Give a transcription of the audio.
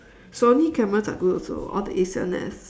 Sony cameras are good also all the A-seven-S